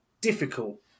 difficult